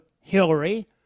Hillary